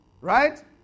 Right